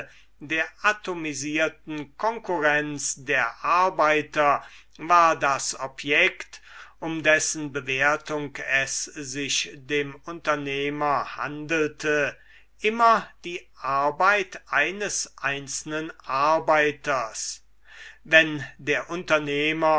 der atomisierten konkurrenz der arbeiter war das objekt um dessen bewertung es sich dem unternehmer handelte immer die arbeit eines einzelnen arbeiters wenn der unternehmer